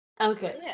Okay